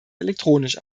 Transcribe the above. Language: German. elektronisch